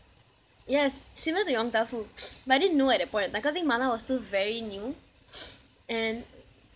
yes similar to yong tau foo but I didn't know at that point of time cause I think mala was still very new and